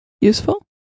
useful